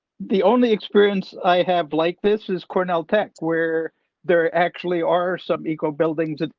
the only experience i have like, this is cornell tech where there actually are some equal buildings that.